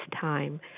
time